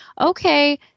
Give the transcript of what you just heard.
Okay